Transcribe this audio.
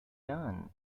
done